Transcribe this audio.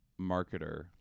marketer